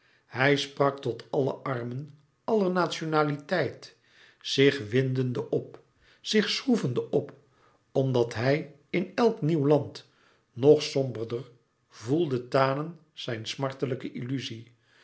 hij sprak tot alle armen aller nationaliteit zich windende op zich schroevende op omdat hij in elk nieuw land nog somberder voelde tanen zijn smartelijke illuzie